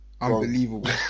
unbelievable